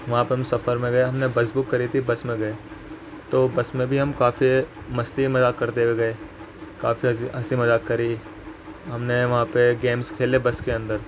وہاں پہ ہم سفر میں گئے ہم نے بس بک کری تھی بس میں گئے تو بس میں بھی ہم کافی مستی مذاق کرتے ہوئے گئے کافی ہنسی مذاق کری ہم نے وہاں پہ گیمس کھیلے بس کے اندر